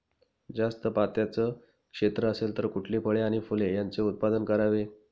जास्त पात्याचं क्षेत्र असेल तर कुठली फळे आणि फूले यांचे उत्पादन करावे?